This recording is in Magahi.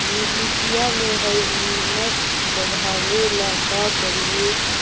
मिट्टियां में ह्यूमस बढ़ाबेला का करिए?